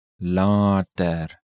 Later